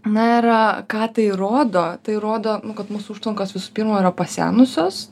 na ir ką tai rodo tai rodo kad mūsų užtvankos visų pirma yra pasenusios